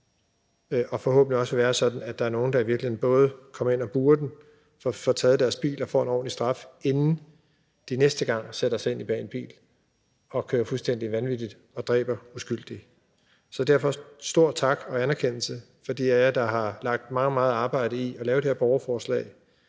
det forhåbentlig også vil være sådan, at der er nogle, der i virkeligheden både kommer ind at bure den, får taget deres bil og får en ordentlig straf, inden de næste gang sætter sig ind i en bil og kører fuldstændig vanvittigt og dræber uskyldige. Så derfor stor tak og anerkendelse til de af jer, der har lagt meget, meget arbejde i at lave det her borgerforslag.